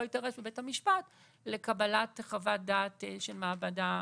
לא יידרש בבית המשפט לקבלת חוות דעת של מעבדה.